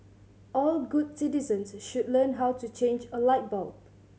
all good citizens should learn how to change a light bulb